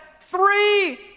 three